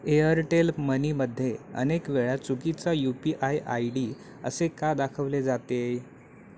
Airtel मनीमध्ये अनेक वेळा चुकीचा U P I I D असे का दाखवले जाते